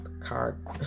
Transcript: card